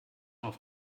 auf